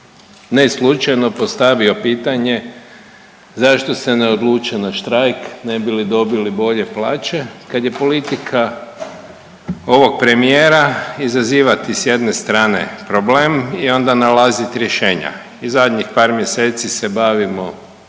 ne slučajno postavio pitanje zašto se ne odluče na štrajk ne bi li dobili bolje plaće kad je politika ovog premijera izazivati s jedne strane problem i onda nalaziti rješenja i zadnjih par mjeseci se bavimo